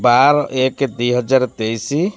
ବାର ଏକ ଦୁଇ ହଜାର ତେଇଶି